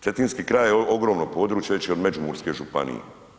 Cetinski kraj je ogromno područje veći od Međimurske županije.